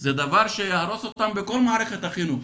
זה דבר שיהרוס אותם בכל מערכת החינוך.